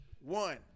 One